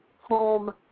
home